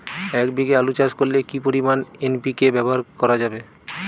এক বিঘে আলু চাষ করলে কি পরিমাণ এন.পি.কে ব্যবহার করা যাবে?